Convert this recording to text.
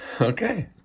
okay